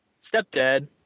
stepdad